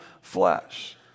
flesh